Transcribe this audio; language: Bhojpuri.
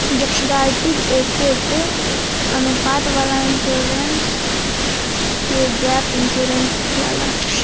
गारंटीड एसेट अनुपात वाला इंश्योरेंस के गैप इंश्योरेंस कहाला